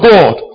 God